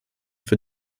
für